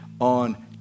on